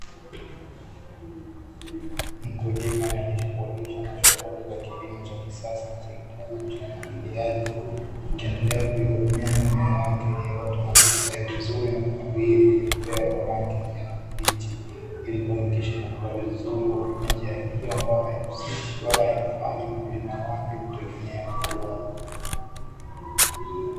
Mkulima anayejishughulisha na shughuli za kilimo cha kisasa na za kitalamu cha umwagiliaji, akiendelea kuihudumia mimea yake iliyoota na kustawi vizuri na kunawiri, iliyopea kwa rangi ya kijani kibichi, ili kuhakikisha inakua vizuri kwa kutumia njia hiyo ambayo haihusishi wala haiufanyi ukulima wake kwa kutegemea mvua.